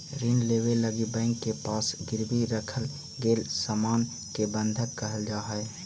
ऋण लेवे लगी बैंक के पास गिरवी रखल गेल सामान के बंधक कहल जाऽ हई